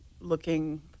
looking